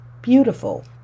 beautiful